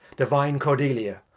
divine cordelia,